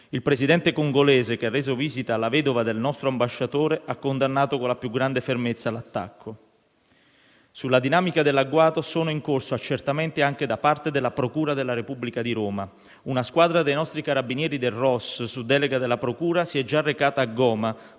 Il Presidente congolese, che ha reso visita alla vedova del nostro ambasciatore, ha condannato con la più grande fermezza l'attacco. Sulla dinamica dell'agguato sono in corso accertamenti anche da parte della procura della Repubblica di Roma. Una squadra dei nostri carabinieri del ROS, su delega della procura, si è già recata a Goma